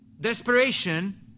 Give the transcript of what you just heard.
Desperation